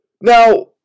Now